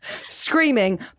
screaming